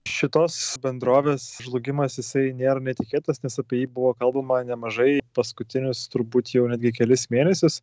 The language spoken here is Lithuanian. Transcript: šitos bendrovės žlugimas jisai nėr netikėtas nes apie jį buvo kalbama nemažai paskutinius turbūt jau netgi kelis mėnesius